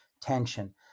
tension